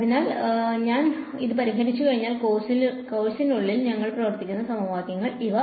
അതിനാൽ ഞാൻ ഇത് പരിഹരിച്ചുകഴിഞ്ഞാൽ കോഴ്സിനുള്ളിൽ ഞങ്ങൾ പ്രവർത്തിക്കുന്ന സമവാക്യങ്ങളാണ് ഇവ